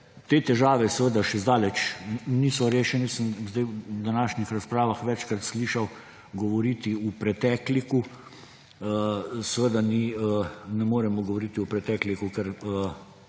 Te težave seveda še zdaleč niso rešene. V današnjih razpravah sem večkrat slišal govoriti v pretekliku. Seveda ne moremo govoriti v pretekliku,